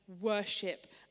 worship